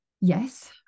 yes